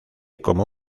como